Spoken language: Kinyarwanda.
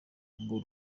ngo